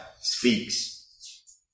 speaks